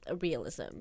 realism